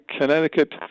Connecticut